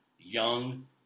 Young